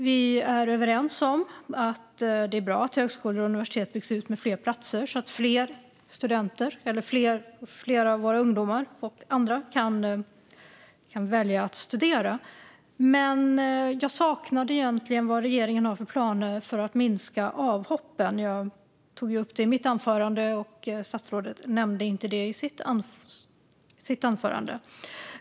Vi är överens om att det är bra att högskolor och universitet byggs ut med fler platser så att fler av våra ungdomar och andra kan välja att studera, men jag saknar information om vad regeringen har för planer för att minska avhoppen. Jag tog upp det i mitt anförande, men statsrådet nämnde det inte i sitt anförande.